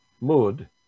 mood